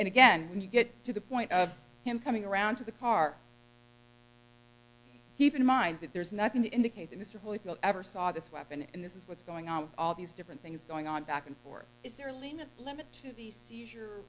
and again when you get to the point of him coming around to the car keep in mind that there's nothing to indicate that mr holyfield ever saw this weapon and this is what's going on with all these different things going on back and forth is there a limit limit to the seizure